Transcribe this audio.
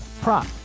prop